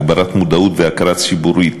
הגברת מודעות והכרה ציבורית